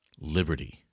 Liberty